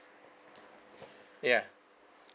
ya